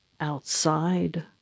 outside